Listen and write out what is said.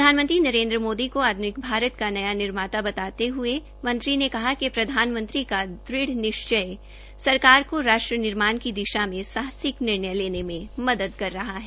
प्रधानमंत्री नरेन्द्र मोदी को आधुनिक भारत का नया निर्माता बताते हये उन्होंने कहा कि प्रधानमंत्री का दृढ़ निश्चय सरकार को राष्ट्र निर्माण की दिशा में साहसिक निर्णय लेने में मदद कर रहा है